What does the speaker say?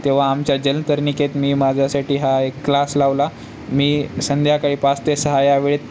तेव्हा आमच्या जलतरनिकेत मी माझ्यासाठी हा एक क्लास लावला मी संध्याकाळी पाच ते सहा या वेळेत